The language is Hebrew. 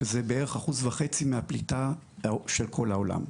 שזה בערך 1.5% מהפליטה של כל העולם.